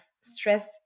stress